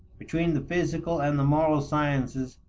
between the physical and the moral sciences,